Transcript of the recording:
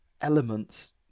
elements